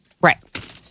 Right